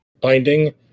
binding